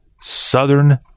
Southern